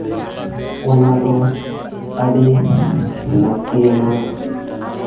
ᱚᱱᱟ ᱫᱚ ᱟᱹᱰᱤ ᱞᱟᱹᱠᱛᱤ ᱭᱟᱱᱟᱜ